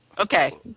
Okay